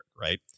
right